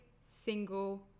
single